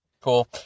Cool